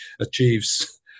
achieves